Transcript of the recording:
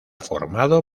formado